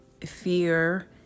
fear